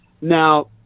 Now